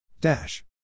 Dash